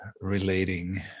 relating